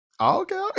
Okay